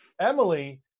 Emily